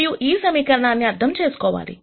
మనము ఈ సమీకరణాన్ని అర్థం చేసుకోవాలి